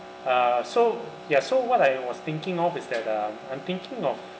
uh so ya so what I was thinking of is that uh I'm thinking of